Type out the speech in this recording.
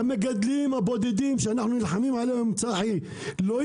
המגדלים הבודדים שאנחנו נלחמים עליהם לא ישרדו